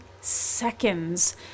seconds